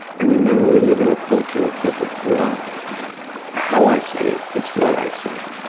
and remember, we live in a culture that says, it's not how i say it it's what i say.